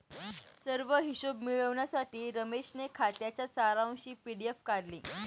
सर्व हिशोब मिळविण्यासाठी रमेशने खात्याच्या सारांशची पी.डी.एफ काढली